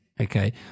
Okay